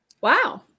Wow